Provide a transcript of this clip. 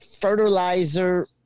fertilizer